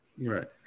Right